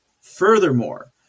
Furthermore